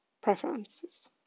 preferences